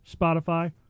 Spotify